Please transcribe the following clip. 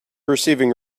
receiving